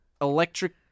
electric